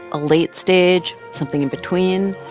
a late stage, something in between?